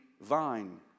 vine